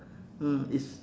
mm it's